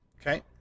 Okay